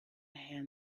hand